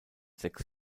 sechs